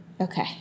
Okay